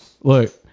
Look